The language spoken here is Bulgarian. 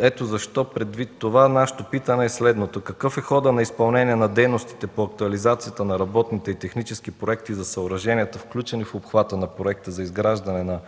Ето защо, предвид това, нашето питане е следното: какъв е ходът на изпълнение на дейностите по актуализацията на работните и техническите проекти за съоръжението, включени в обхвата на проекта за изграждане на